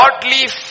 godly